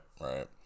right